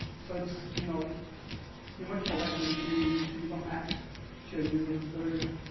so it's, you know you're much more likely to to give a map to a user earlier.